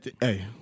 Hey